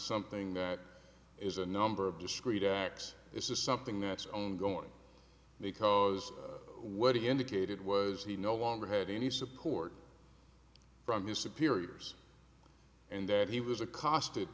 something that is a number of discrete acts this is something that's own going because what he indicated was he no longer had any support from his superiors and that he was accosted